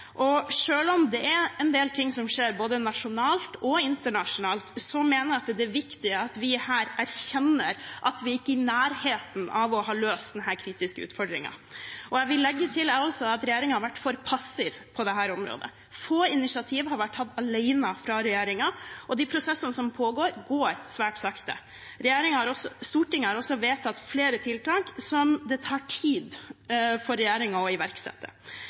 og selv om det er en del ting som skjer, både nasjonalt og internasjonalt, mener jeg at det er viktig at vi her erkjenner at vi ikke er i nærheten av å ha løst denne kritiske utfordringen. Her vil også jeg legge til at regjeringen har vært for passiv på dette området. Få initiativer har vært tatt alene fra regjeringens side, og de prosessene som pågår, går svært sakte. Stortinget har også vedtatt flere tiltak som det tar tid for regjeringen å iverksette.